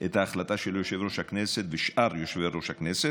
את ההחלטה של יושב-ראש הכנסת ושאר יושבי-ראש הכנסת,